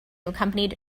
accompanied